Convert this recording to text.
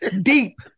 deep